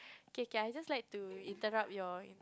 okay can I just like to interrupt your